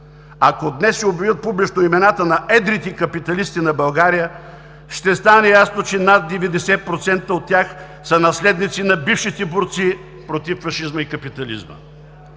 Ако днес се обявят публично имената на едрите капиталисти на България, ще стане ясно, че над 90% от тях са наследници на бившите борци против фашизма и капитализма.